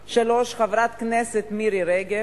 3. חברת הכנסת מירי רגב,